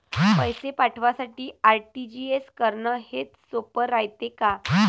पैसे पाठवासाठी आर.टी.जी.एस करन हेच सोप रायते का?